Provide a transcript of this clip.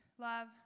love